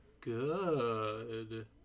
good